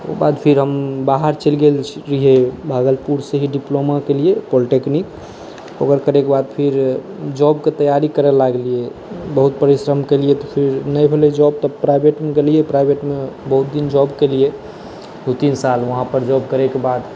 ओकरबाद फेर हम बाहर चलि गेल रहिए भागलपुरसँ ही डिप्लोमा केलिए पॉलिटेक्निक ओकर करैके बाद फिर जॉबके तैआरी करऽ लागलिए बहुत परिश्रम केलिए तऽ फेर नहि भेलै जॉब तऽ प्राइवेटमे गेलिए प्राइवेटमे बहुत दिन जॉब केलिए दुइ तीन साल वहाँपर जॉब करैके बाद